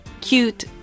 cute